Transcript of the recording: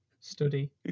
study